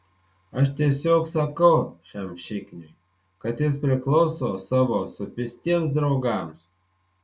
aš tiesiog sakau šiam šikniui kad jis priklauso savo supistiems draugams